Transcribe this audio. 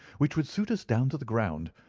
which would suit us down to the ground.